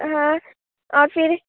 हाँ आओर फिर